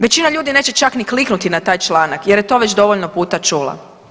Većina ljudi neće čak ni kliknuti na taj članak jer je to već dovoljno puta čula.